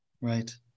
Right